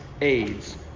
aids